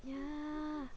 yeah